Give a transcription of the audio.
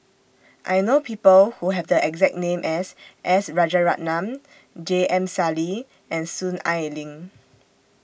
I know People Who Have The exact name as S Rajaratnam J M Sali and Soon Ai Ling